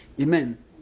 Amen